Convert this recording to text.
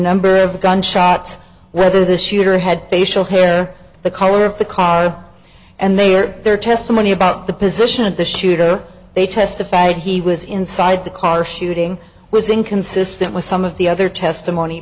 number of the gunshots whether the shooter had facial hair the color of the car and they or their testimony about the position of the shooter they testified he was inside the car shooting was inconsistent with some of the other testimony